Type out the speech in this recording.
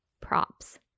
Props